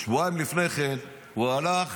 שבועיים לפני כן הוא הלך